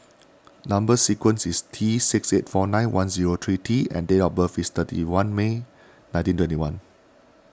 Number Sequence is T six eight four nine one zero three T and date of birth is thirty one May nineteen twenty one